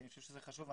כי אני חושב שזה חשוב.